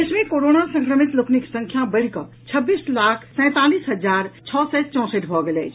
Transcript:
देश मे कोरोना संक्रमित लोकनिक संख्या बढ़िकऽ छब्बीस लाख सैंतालीस हजार छओ सय चौसठि भऽ गेल अछि